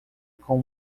com